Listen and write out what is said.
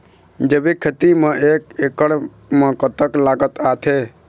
जैविक खेती म एक एकड़ म कतक लागत आथे?